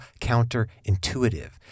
counterintuitive